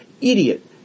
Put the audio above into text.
idiot